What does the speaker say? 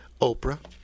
Oprah